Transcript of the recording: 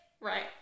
right